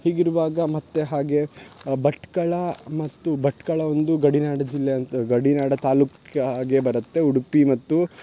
ಹೀಗಿರುವಾಗ ಮತ್ತೆ ಹಾಗೆ ಭಟ್ಕಳಾ ಮತ್ತು ಭಟ್ಕಳ ಒಂದು ಗಡಿನಾಡ ಜಿಲ್ಲೆ ಅಂತ ಗಡಿನಾಡ ತಾಲೂಕ್ಕಾಗೆ ಬರುತ್ತೆ ಉಡುಪಿ ಮತ್ತು